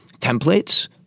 templates